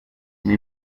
una